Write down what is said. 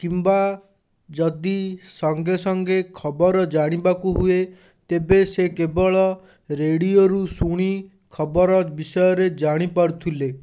କିମ୍ବା ଯଦି ସଙ୍ଗେ ସଙ୍ଗେ ଖବର ଜାଣିବାକୁ ହୁଏ ତେବେ ସେ କେବଳ ରେଡ଼ିଓରୁ ଶୁଣି ଖବର ବିଷୟରେ ଜାଣିପାରୁଥିଲେ